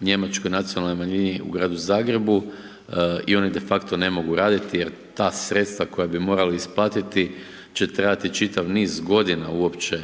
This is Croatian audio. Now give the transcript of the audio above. Njemačkoj nacionalnoj u Gradu Zagrebu i oni de facto ne mogu raditi jer ta sredstava koja bi morali isplatiti će trajati čitav niz godina uopće